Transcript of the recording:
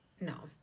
no